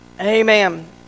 Amen